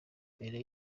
mbere